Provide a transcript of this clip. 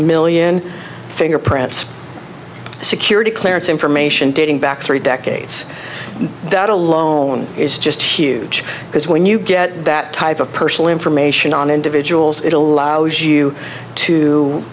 million fingerprints security clearance information dating back three decades that alone is just huge because when you get that type of personal information on individuals it allows you to